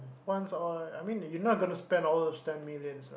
once in a while I mean you not going to spend all those ten millions